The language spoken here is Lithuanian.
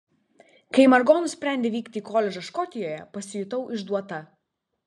kai margo nusprendė vykti į koledžą škotijoje pasijutau išduota